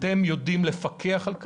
אתם יודעים לפקח על כך?